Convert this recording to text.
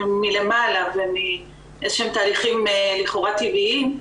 מלמעלה ומאיזשהם תהליכים לכאורה טבעיים,